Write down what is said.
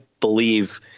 believe